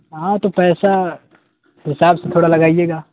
ہاں تو پیسہ حساب تھوڑا لگائیے گا